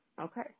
Okay